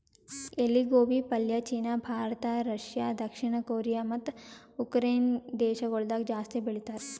ಎಲಿ ಗೋಬಿ ಪಲ್ಯ ಚೀನಾ, ಭಾರತ, ರಷ್ಯಾ, ದಕ್ಷಿಣ ಕೊರಿಯಾ ಮತ್ತ ಉಕರೈನೆ ದೇಶಗೊಳ್ದಾಗ್ ಜಾಸ್ತಿ ಬೆಳಿತಾರ್